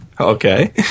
Okay